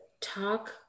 talk